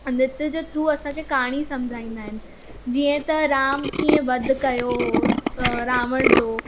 नृत्य जे थ्रू असांखे कहाणी समुझाईंदा आहिनि जीअं त राम कीअं वध कयो हो अ रावण जो